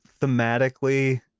thematically